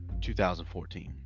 2014